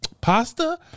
pasta